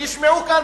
וישמעו כאן,